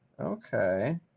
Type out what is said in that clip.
Okay